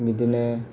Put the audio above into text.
बिदिनो